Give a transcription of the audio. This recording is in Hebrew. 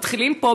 מתחילים פה,